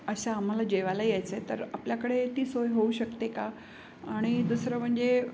असं आम्हाला जेवायला यायचं आहे तर आपल्याकडे ती सोय होऊ शकते का आणि दुसरं म्हणजे